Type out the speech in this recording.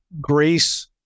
grace